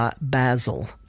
basil